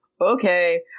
okay